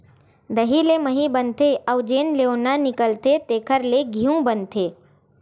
दही ले मही बनथे अउ जउन लेवना निकलथे तेखरे ले घींव बनाथे